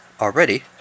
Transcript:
already